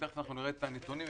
ותכף אנחנו נראה כאן נתונים.